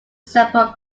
zebra